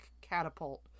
catapult